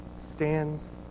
stands